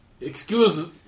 Excuse